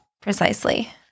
Precisely